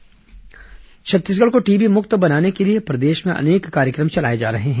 TB रोगी खोज अभियान छत्तीसगढ़ को टीबी मुक्त बनाने के लिए प्रदेश में अनेक कार्यक्रम चलाए जा रहे हैं